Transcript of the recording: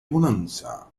bonanza